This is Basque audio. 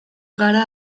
gara